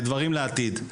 מדברים לעתיד.